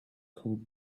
cold